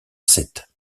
sept